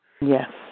Yes